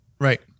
right